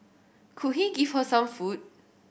could he give her some food